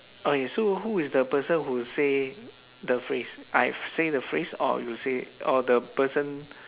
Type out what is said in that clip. okay so who is the person who say the phrase I say the phrase or you say or the person